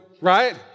right